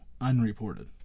unreported